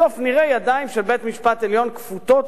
בסוף נראה ידיים של בית-משפט עליון כפותות